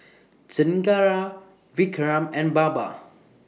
Chengara Vikram and Baba